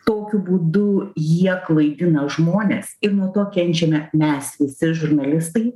tokiu būdu jie klaidina žmones ir nuo to kenčiame mes visi žurnalistai